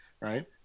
right